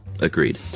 Agreed